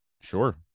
Sure